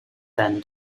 then